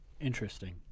Interesting